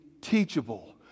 teachable